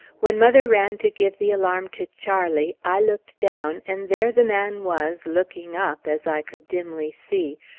when mother ran to give the alarm to charlie, i looked down, and there the man was, looking up, as i could dimly see,